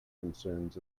concerns